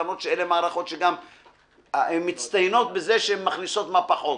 למרות שהן מערכות שגם מצטיינות בזה שהן מכניסות מה שפחות,